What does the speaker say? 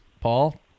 Paul